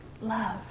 love